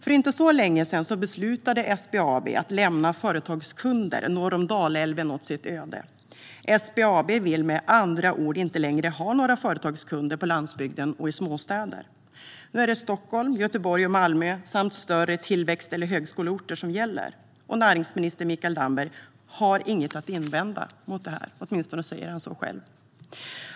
För inte så länge sedan beslutade SBAB att lämna företagskunder norr om Dalälven åt deras öde. SBAB vill med andra ord inte längre ha några företagskunder på landsbygden och i småstäder. Nu är det Stockholm, Göteborg och Malmö samt större tillväxt eller högskoleorter som gäller. Näringsminister Mikael Damberg har inget att invända mot detta; åtminstone säger han så själv.